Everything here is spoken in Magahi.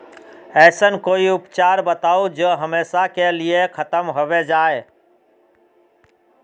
ऐसन कोई उपचार बताऊं जो हमेशा के लिए खत्म होबे जाए?